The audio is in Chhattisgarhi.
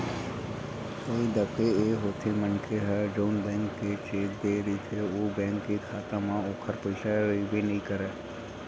कई दफे ए होथे मनखे ह जउन बेंक के चेक देय रहिथे ओ बेंक के खाता म ओखर पइसा रहिबे नइ करय